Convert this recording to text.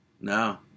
No